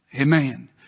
Amen